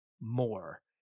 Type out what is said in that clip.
more